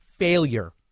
Failure